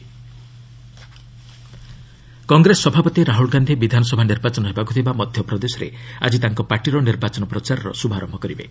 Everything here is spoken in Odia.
ଏମ୍ପି ରାହୁଲ୍ କଂଗ୍ରେସ ସଭାପତି ରାହୁଲ୍ ଗାନ୍ଧି ବିଧାନସଭା ନିର୍ବାଚନ ହେବାକୁ ଥିବା ମଧ୍ୟପ୍ରଦେଶରେ ଆଜି ତାଙ୍କ ପାର୍ଟିର ନିର୍ବାଚନ ପ୍ରଚାରର ଶୁଭାରମ୍ଭ କରିବେ